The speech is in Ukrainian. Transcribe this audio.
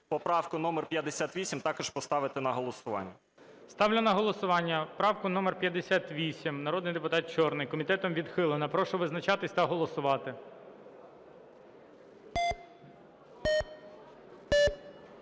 поправку номер 58 також поставити на голосування. ГОЛОВУЮЧИЙ. Ставлю на голосування правку номер 58, народний депутат Чорний. Комітетом відхилена. Прошу визначатись та голосувати.